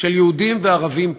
של יהודים וערבים פה,